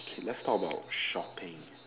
k let's talk about shopping